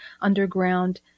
underground